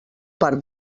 part